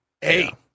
hey